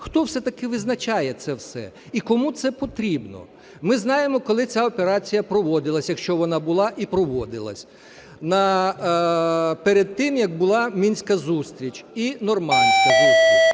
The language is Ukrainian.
Хто все-таки визначає це все і кому це потрібно? Ми знаємо, коли ця операція проводилась, якщо вона була і проводилась, перед тим як була мінська зустріч і нормандська зустріч.